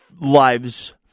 lives